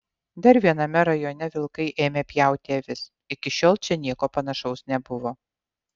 dar viename rajone vilkai ėmė pjauti avis iki šiol čia nieko panašaus nebuvo